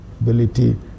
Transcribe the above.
ability